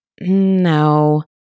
No